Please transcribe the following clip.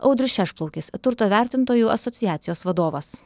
audrius šešplaukis turto vertintojų asociacijos vadovas